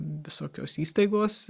visokios įstaigos